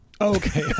Okay